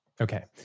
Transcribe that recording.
Okay